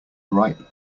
ripe